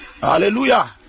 hallelujah